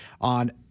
on